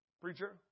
preacher